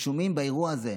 רשומים באירוע הזה.